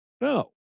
No